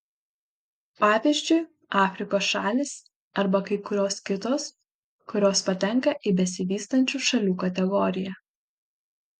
pavyzdžiui afrikos šalys arba kai kurios kitos kurios patenka į besivystančių šalių kategoriją